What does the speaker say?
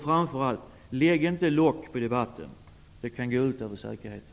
Framför allt, lägg inte lock på debatten! Det kan gå ut över säkerheten!